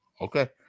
okay